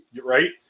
Right